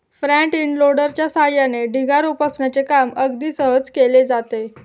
front end लोडरच्या सहाय्याने ढिगारा उपसण्याचे काम अगदी सहज केले जाते